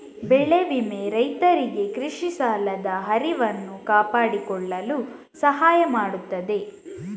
ಬೆಳೆ ವಿಮೆ ರೈತರಿಗೆ ಕೃಷಿ ಸಾಲದ ಹರಿವನ್ನು ಕಾಪಾಡಿಕೊಳ್ಳಲು ಸಹಾಯ ಮಾಡುತ್ತದೆ